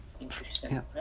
Interesting